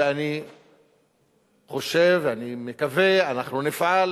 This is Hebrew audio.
ואני חושב, ואני מקווה, אנחנו נפעל,